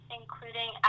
including